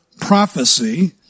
prophecy